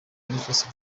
boniface